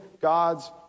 God's